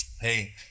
Hey